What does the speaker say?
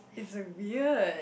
it's weird